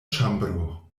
ĉambro